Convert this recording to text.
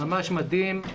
ממש מדהים.